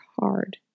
hard